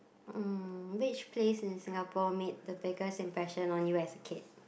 um which place in Singapore made the biggest impression on you as a kid